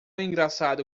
engraçado